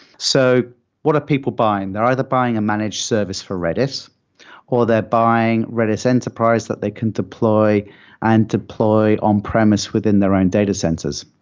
so what are people buying? they're either buying a managed service for redis or they're buying redis enterprise that they can deploy and deploy on-premise within their own data centers.